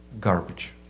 garbage